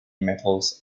metals